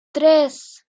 tres